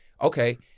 okay